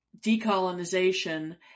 decolonization